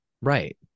Right